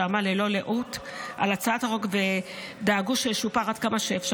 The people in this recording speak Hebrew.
שעמל ללא לאות על הצעת החוק ודאג שישופר עד כמה שאפשר: